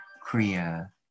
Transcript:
Korea